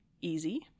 easy